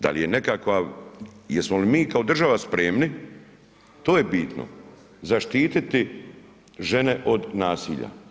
Da li je nekakav, jesmo li mi kao država spremni, to je bitno, zaštiti žene od nasilja?